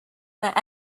that